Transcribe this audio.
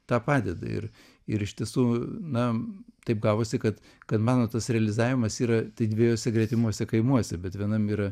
tą padeda ir ir iš tiesų na taip gavosi kad kad mano tas realizavimas yra tai dviejuose gretimuose kaimuose bet vienam yra